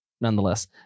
nonetheless